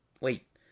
wait